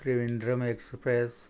Trivandrum express